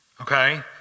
Okay